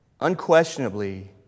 unquestionably